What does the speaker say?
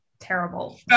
terrible